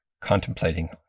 contemplating